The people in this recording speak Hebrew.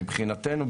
מבחינתנו,